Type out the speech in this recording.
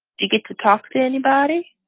do you get to talk to anybody?